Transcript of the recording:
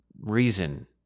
reason